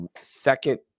second